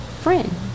friend